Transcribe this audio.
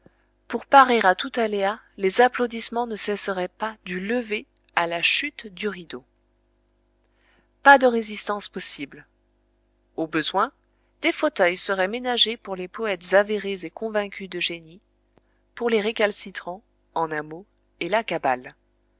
pour parer à tout aléa les applaudissements ne cesseraient pas du lever à la chute du rideau pas de résistance possible au besoin des fauteuils seraient ménagés pour les poètes avérés et convaincus de génie pour les récalcitrants en un mot et la cabale